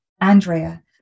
Andrea